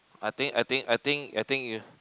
I think I think I think I think you